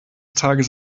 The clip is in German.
tages